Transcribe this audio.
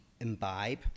imbibe